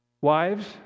Wives